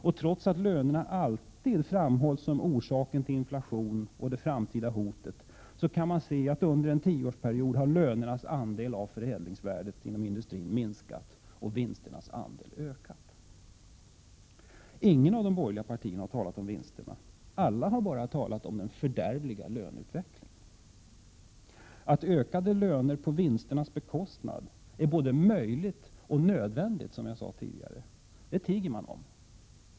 Och trots att lönerna alltid framhålls som orsaken till inflationen och som ett framtida hot, kan man se att lönernas andel av förädlingsvärdet inom industrin har minskat och vinsternas andel ökat under en tioårsperiod. Inget av de borgerliga partierna har talat om vinsterna. Alla har bara talat om den fördärvliga löneutvecklingen. Att ökade löner på vinsternas bekostnad är både möjliga och nödvändiga, som jag sade tidigare, tiger de om.